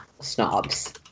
snobs